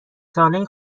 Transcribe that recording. ساله